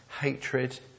hatred